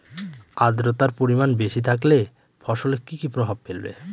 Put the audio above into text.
আদ্রর্তার পরিমান বেশি থাকলে ফসলে কি কি প্রভাব ফেলবে?